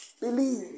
Believe